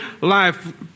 life